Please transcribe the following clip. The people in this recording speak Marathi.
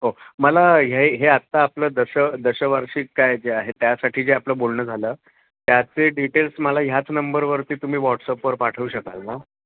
हो मला हे हे आत्ता आपलं दश दशवार्षिक काय जे आहे त्यासाठी जे आपलं बोलणं झालं त्याचे डिटेल्स मला ह्याच नंबरवरती तुमी व्हॉट्सअपवर पाठवू शकाल ना